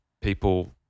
people